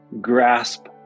grasp